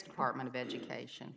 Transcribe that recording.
department of education